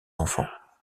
enfants